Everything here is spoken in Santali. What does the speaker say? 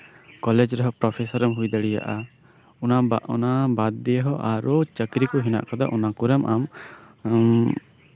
ᱠᱚᱞᱮᱡᱽ ᱨᱮᱦᱚᱸ ᱯᱨᱚᱯᱷᱮᱥᱚᱨ ᱮᱢ ᱦᱩᱭ ᱫᱟᱲᱮᱭᱟᱜᱼᱟ ᱚᱱᱟ ᱵᱟᱫᱽ ᱫᱤᱭᱮ ᱦᱚᱸ ᱟᱨᱚ ᱪᱟᱠᱨᱤ ᱠᱚ ᱦᱮᱱᱟᱜᱼᱟ ᱚᱱᱟ ᱠᱚᱨᱮᱜ ᱟᱢ